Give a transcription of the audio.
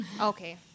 Okay